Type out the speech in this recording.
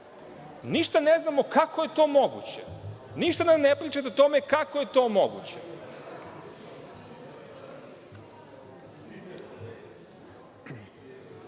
Ništa ne znamo kako je to moguće. Ništa nam ne pričate o tome kako je to moguće. Mi